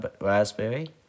Raspberry